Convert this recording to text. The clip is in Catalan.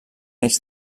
eix